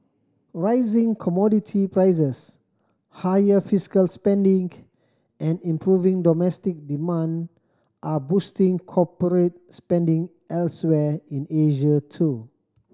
rising commodity prices higher fiscal spending and improving domestic demand are boosting corporate spending elsewhere in Asia too